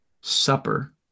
supper